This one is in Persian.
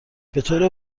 بطور